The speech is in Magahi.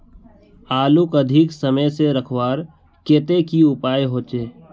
आलूक अधिक समय से रखवार केते की उपाय होचे?